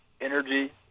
energy